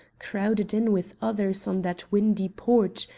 crowded in with others on that windy porch,